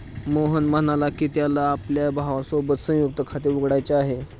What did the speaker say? मोहन म्हणाला की, त्याला आपल्या भावासोबत संयुक्त खाते उघडायचे आहे